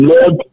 Lord